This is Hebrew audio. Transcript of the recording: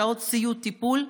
שעות סיעוד-טיפול,